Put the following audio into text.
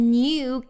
new